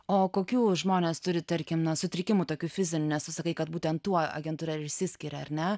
o kokių žmonės turi tarkim na sutrikimų tokių fizinių nes tu sakai kad būtent tuo agentūra ir išsiskiria ar ne